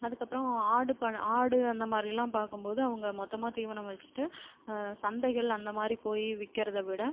அதுக்கப்புறம் ஆடு பண்ணை ஆடு அந்தமாதிரிலாம் பார்க்கும் போது அவங்க மொத்தமாக தீவனம் வைச்சிட்டு சந்தைகள் அந்தமாதிரி போய் விக்கிறத விட